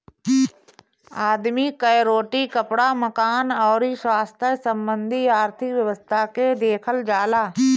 आदमी कअ रोटी, कपड़ा, मकान अउरी स्वास्थ्य संबंधी आर्थिक व्यवस्था के देखल जाला